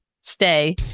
stay